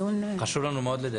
חשוב לנו מאוד לדייק,